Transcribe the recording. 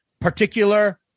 particular